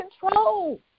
control